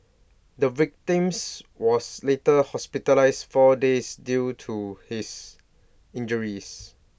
the victims was later hospitalised four days due to his injuries